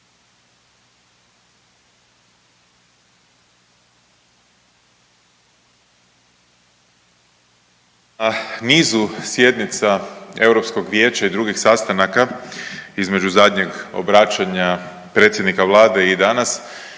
Na nizu sjednica Europskog vijeća i drugih sastanaka između zadnjeg obraćanja predsjednika Vlade i danas